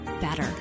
better